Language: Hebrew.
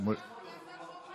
יושב-ראש הכנסת נבצר, גם זה רפואי.